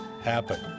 happen